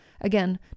again